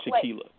Tequila